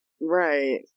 Right